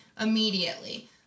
immediately